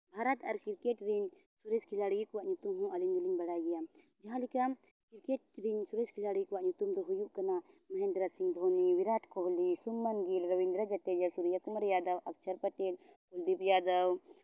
ᱵᱷᱟᱨᱚᱛ ᱟᱨ cricket ᱨᱮᱱ ᱥᱚᱨᱮᱥ ᱠᱷᱤᱞᱟᱲᱤ ᱠᱚᱣᱟᱜ ᱧᱩᱛᱩᱢ ᱦᱚᱸ ᱟᱹᱞᱤᱧ ᱫᱚᱞᱤᱧ ᱵᱟᱲᱟᱭ ᱜᱮᱭᱟ ᱡᱟᱦᱟᱸ ᱞᱮᱠᱟ ᱠᱨᱤᱠᱮᱴ ᱨᱮᱱ ᱥᱚᱨᱮᱥ ᱠᱷᱤᱞᱟᱲᱤ ᱠᱚᱣᱟᱜ ᱧᱩᱛᱩᱢ ᱫᱚ ᱦᱩᱭᱩᱜ ᱠᱟᱱᱟ ᱢᱚᱦᱮᱱᱫᱨᱚ ᱥᱤᱝ ᱫᱷᱳᱱᱤ ᱵᱤᱨᱟᱴ ᱠᱳᱦᱞᱤ ᱥᱩᱵᱷᱢᱚᱱ ᱜᱤᱞ ᱨᱚᱵᱤᱱᱫᱨᱚ ᱡᱟᱰᱮᱡᱟ ᱥᱩᱨᱭᱚ ᱠᱩᱢᱟᱨ ᱡᱟᱫᱚᱵ ᱚᱠᱷᱥᱚᱨ ᱯᱮᱴᱮᱞ ᱠᱩᱞᱫᱤᱯ ᱡᱟᱫᱚᱵ